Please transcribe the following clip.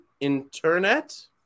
internet